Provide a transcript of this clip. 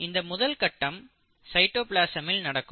இந்த முதல்கட்டம் சைட்டோபிளாசமில் நடக்கும்